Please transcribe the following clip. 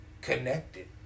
connected